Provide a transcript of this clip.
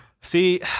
See